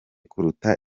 kuruta